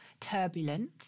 turbulent